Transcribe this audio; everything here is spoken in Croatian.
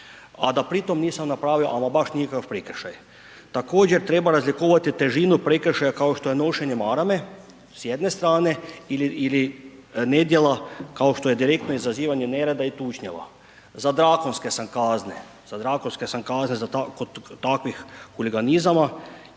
a da pritom nisam napravio ama baš nikakav prekršaj. Također treba razlikovati težinu prekršaja kao što je nošenje marame s jedne strane ili nedjela kao što je direktno izazivanje nereda i tučnjava. Za drakonske sam kazne, za drakonske sam